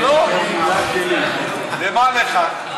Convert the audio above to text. לא, למה לך?